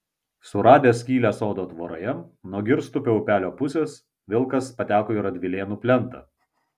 suradęs skylę sodo tvoroje nuo girstupio upelio pusės vilkas pateko į radvilėnų plentą